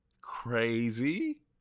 crazy